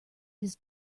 his